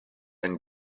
and